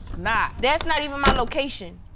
not. that's not even my location.